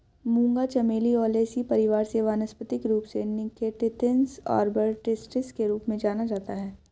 मूंगा चमेली ओलेसी परिवार से वानस्पतिक रूप से निक्टेन्थिस आर्बर ट्रिस्टिस के रूप में जाना जाता है